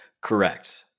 Correct